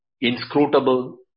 inscrutable